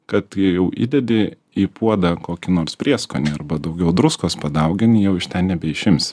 kad jei jau įdedi į puodą kokį nors prieskonį arba daugiau druskos padaugini jau iš ten nebeišimsi